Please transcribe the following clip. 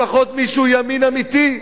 לפחות מי שהוא ימין אמיתי.